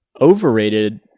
Overrated